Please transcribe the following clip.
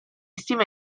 stima